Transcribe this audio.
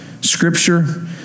scripture